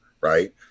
right